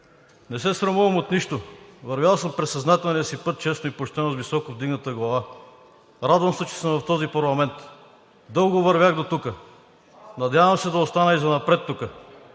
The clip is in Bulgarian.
Не се срамувам от нищо. Вървял съм през съзнателния си път честно и почтено с високо вдигната глава. Радвам се, че съм в този парламент. Дълго вървях дотук. Надявам се да остана и занапред тук,